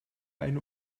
eine